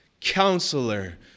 counselor